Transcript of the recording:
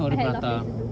I had a lot of things to do